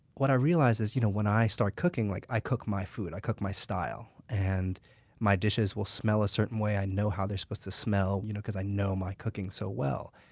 what i realize is, you know when i start cooking like i cook my food and i cook my style and my dishes will smell a certain way. i know how they're supposed to smell you know because i know my cooking so well.